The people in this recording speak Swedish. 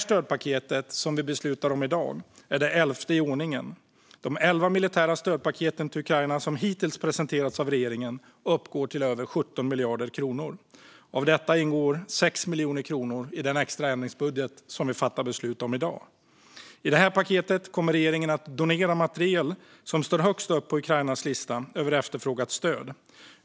Stödpaketet som vi beslutar om i dag är det elfte i ordningen. De elva militära stödpaket till Ukraina som hittills presenterats av regeringen uppgår till över 17 miljarder kronor. Av dessa ingår 6 miljarder kronor i den extra ändringsbudget som vi fattar beslut om i dag. I det här paketet kommer regeringen att donera materiel som står högt upp på Ukrainas lista över efterfrågat stöd.